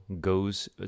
goes